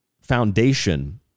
foundation